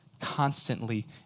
constantly